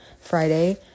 Friday